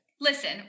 listen